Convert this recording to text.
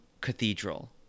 cathedral